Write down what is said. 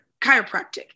chiropractic